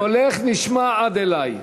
קולך נשמע עד אלי.